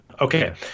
Okay